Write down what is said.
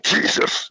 Jesus